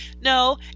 no